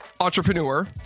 Entrepreneur